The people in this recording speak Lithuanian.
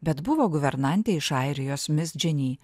bet buvo guvernantė iš airijos mis dženi